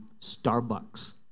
Starbucks